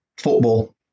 football